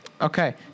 Okay